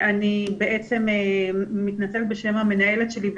אני מתנצלת בשם המנהלת שלי,